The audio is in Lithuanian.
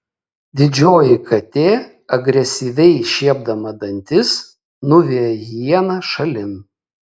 didžioji katė agresyviai šiepdama dantis nuveja hieną šalin